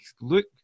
look